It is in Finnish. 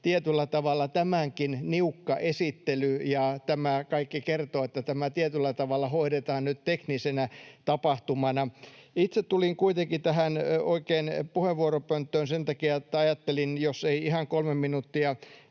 tietyllä tavalla tämänkin niukka esittely ja tämä kaikki kertoo siitä, että tämä tietyllä tavalla hoidetaan nyt teknisenä tapahtumana. Itse tulin kuitenkin oikein tähän puheenvuoropönttöön sen takia, että ajattelin, jos ei ihan kolme minuuttia